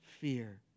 fear